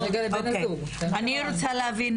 אוקיי אני רוצה להבין